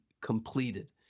completed